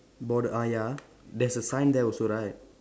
bord~ ah ya there's a sign there also right